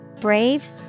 Brave